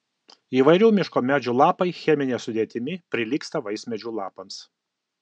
įvairių miško medžių lapai chemine sudėtimi prilygsta vaismedžių lapams